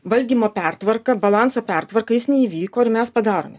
valdymo pertvarką balanso pertvarką jis neįvyko ir mes padarome